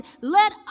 let